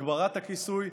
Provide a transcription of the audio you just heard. הגברת הכיסוי.